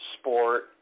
sport